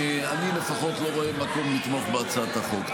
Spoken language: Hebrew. אני לפחות לא רואה מקום לתמוך בהצעת החוק.